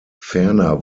ferner